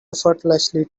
effortlessly